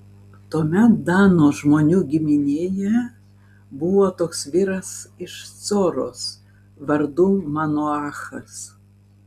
tuomet dano žmonių giminėje buvo toks vyras iš coros vardu manoachas